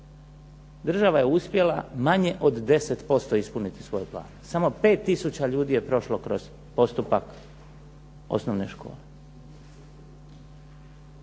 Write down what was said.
država je uspjela manje od 10% ispuniti svoj plan. Samo 5 tisuća ljudi je prošlo kroz postupak osnovne škole.